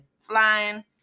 flying